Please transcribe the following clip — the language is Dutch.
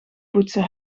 poetsen